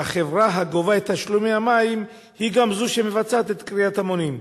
שהחברה הגובה את תשלומי המים היא גם זו שמבצעת את קריאת המונים.